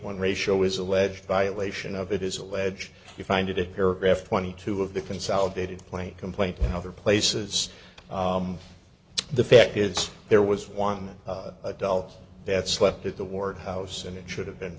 one ratio is alleged violation of it is alleged you find it paragraph twenty two of the consolidated plain complaint in other places the fact is there was one adult that slept at the ward house and it should have been